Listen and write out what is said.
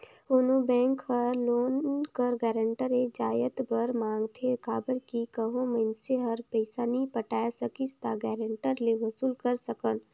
कोनो बेंक हर लोन कर गारंटर ए जाएत बर मांगथे काबर कि कहों मइनसे हर पइसा नी पटाए सकिस ता गारंटर ले वसूल कर सकन